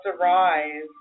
arise